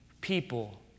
people